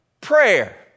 prayer